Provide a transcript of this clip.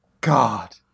God